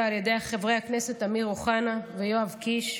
על ידי חברי הכנסת אמיר אוחנה ויואב קיש,